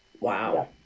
Wow